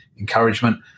encouragement